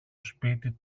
σπίτι